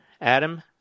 Adam